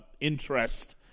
interest